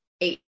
eight